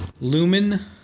Lumen